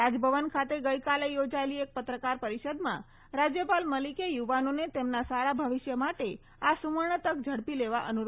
રાજભવન ખાતે ગઈકાલે યોજાયેલી એક પત્રકાર પરિષદમાં રાજ્યપાલ મલીકે યુવાનોને તેમના સારા ભવિષ્ય માટે આ સુવર્ણ તક ઝડપી લેવા અનુરોધ કર્યો છે